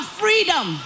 freedom